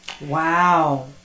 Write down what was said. Wow